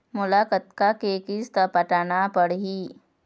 मोला कतका के किस्त पटाना पड़ही?